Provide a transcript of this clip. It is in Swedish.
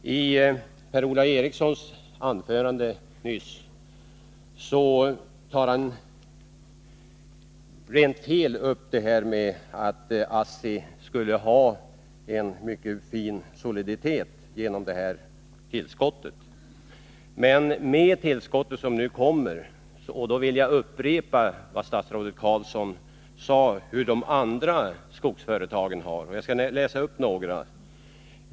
Per-Ola Eriksson sade i sitt anförande nyss att ASSI skulle få en mycket fin soliditet genom detta tillskott. Jag vill upprepa vad statsrådet Carlsson sade om de andra skogsföretagens likviditet.